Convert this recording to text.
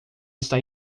está